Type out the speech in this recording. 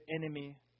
enemy